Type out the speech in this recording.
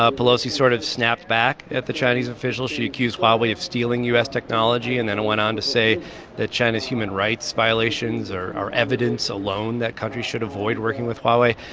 ah pelosi sort of snapped back at the chinese officials. she accused huawei of stealing u s. technology, and then went on to say that china's human rights violations are are evidence alone that countries should avoid working with huawei